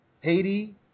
Haiti